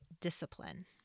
discipline